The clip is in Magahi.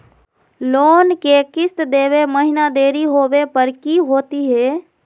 लोन के किस्त देवे महिना देरी होवे पर की होतही हे?